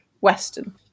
Western